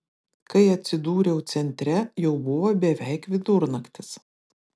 kai atsidūriau centre jau buvo beveik vidurnaktis